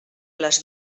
les